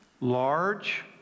large